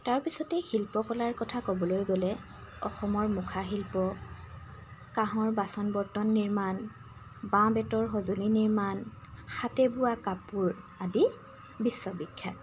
তাৰপিছতেই শিল্প কলাৰ কথা ক'বলৈ গ'লে অসমৰ মুখা শিল্প কাঁহৰ বাচন বৰ্তন নিৰ্মাণ বাঁহ বেতৰ সজুলি নিৰ্মাণ হাতে বোৱা কাপোৰ আদি বিশ্ব বিখ্যাত